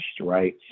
right